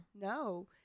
no